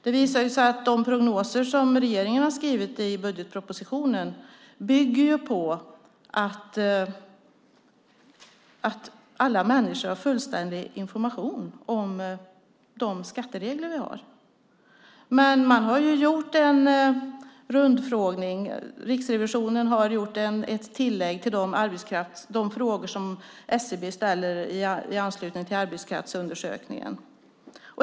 Det visar sig att de prognoser som regeringen har skrivit i budgetpropositionen bygger på att alla människor har fullständig information om de skatteregler som vi har. Men Riksrevisionen har gjort ett tillägg till de frågor som SCB ställde i anslutning till arbetskraftsundersökningen.